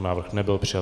Návrh nebyl přijat.